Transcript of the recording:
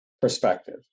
Perspective